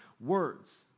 words